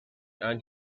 and